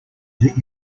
that